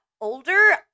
older